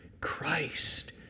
Christ